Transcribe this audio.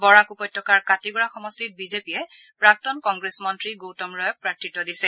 বৰাক উপত্যকাৰ কাটিগড়া সমষ্টিত বিজেপিয়ে প্ৰাক্তন কংগ্ৰেছ মন্ত্ৰী গৌতম ৰয়ক প্ৰাৰ্থিত্ব দিছে